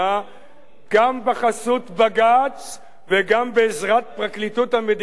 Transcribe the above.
גם בחסות בג"ץ וגם בעזרת פרקליטות המדינה לדורותיה.